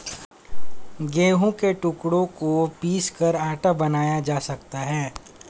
गेहूं के टुकड़ों को पीसकर आटा बनाया जा सकता है